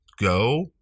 go